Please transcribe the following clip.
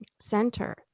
Center